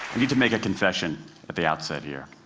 need to make a confession at the outset here.